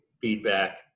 feedback